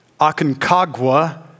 Aconcagua